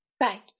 Right